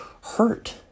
hurt